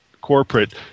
corporate